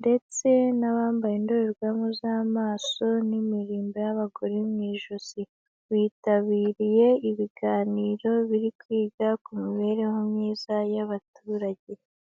ndetse n'abambaye indorerwamo z'amaso n'imirimbo y'abagore mu ijosi. Bitabiriye ibiganiro biri kwiga ku mibereho myiza y'abaturage.